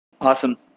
Awesome